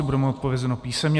Bude mu odpovězeno písemně.